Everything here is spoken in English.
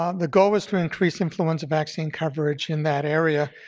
um the goal was to increase influenza vaccine coverage in that area.